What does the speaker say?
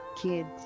kids